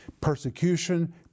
persecution